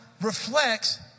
reflects